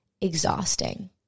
exhausting